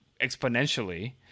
exponentially